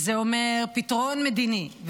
זה אומר פתרון מדיני,